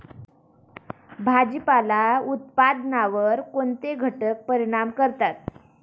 भाजीपाला उत्पादनावर कोणते घटक परिणाम करतात?